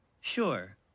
Sure